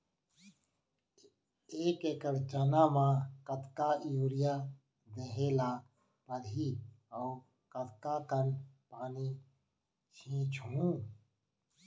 एक एकड़ चना म कतका यूरिया देहे ल परहि अऊ कतका कन पानी छींचहुं?